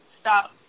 stop